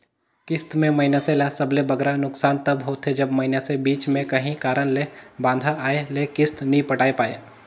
किस्त में मइनसे ल सबले बगरा नोसकान तब होथे जब मइनसे बीच में काहीं कारन ले बांधा आए ले किस्त नी पटाए पाए